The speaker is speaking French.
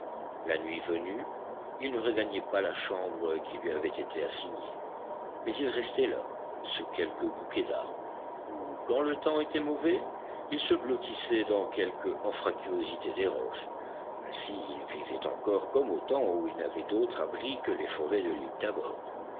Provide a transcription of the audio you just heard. la nuit venue il ne regagnait pas la chambre qui lui avait été assignée mais il restait là sous quelque bouquet d'arbres ou quand le temps était mauvais il se blottissait dans quelque anfractuosité des roches ainsi il vivait encore comme au temps où il n'avait d'autre abri que les forêts de l'île tabor